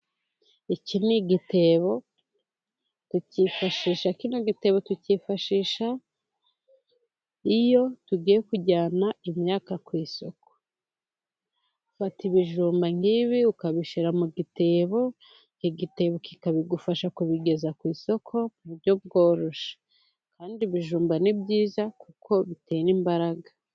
Iki ni igitebo tukifashisha, kino gitebo tukifashisha iyo tugiye kujyana imyaka ku isoko. Ufata ibijumba nk'ibi, ukabishyira mu gitebo, igitebo kikabigufasha kubigeza ku isoko, mu buryo bwororoshye. Kandi ibijumba ni byiza kuko bitera imbaraga.